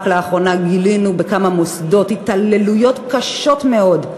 רק לאחרונה גילינו בכמה מוסדות התעללויות קשות מאוד,